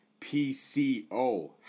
PCO